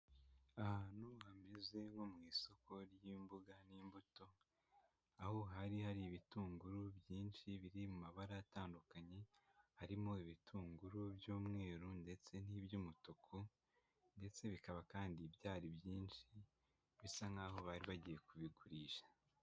Ahantu hameze nko mu isoko ry'imbuga n'imbuto aho hari hari ibitunguru byinshi biri mabara atandukanye, harimo ibitunguru by'umweru ndetse n'iby'umutuku ndetse bikaba kandi byari byinshi bisa nkaho bari bagiye kubigurisha.